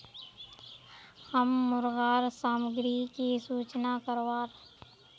हम मुर्गा सामग्री की सूचना करवार?